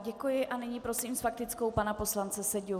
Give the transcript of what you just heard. Děkuji a nyní prosím s faktickou pana poslance Seďu.